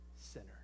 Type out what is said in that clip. sinner